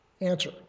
answer